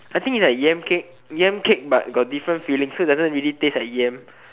I think it's like yam cake yam cake but it got different fillings so it doesn't taste like yam